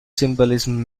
symbolism